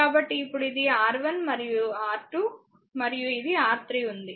కాబట్టి ఇప్పుడు ఇది R1 ఇది R2 మరియు ఇది R3 ఉంది